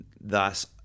thus